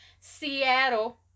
Seattle